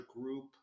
group